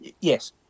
yes